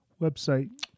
website